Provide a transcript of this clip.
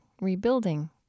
rebuilding